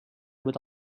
would